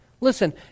Listen